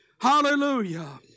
Hallelujah